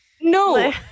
No